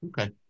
Okay